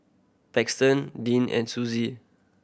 Paxton Deeann and Sussie